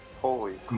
Holy